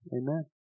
amen